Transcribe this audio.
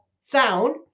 sound